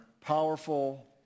powerful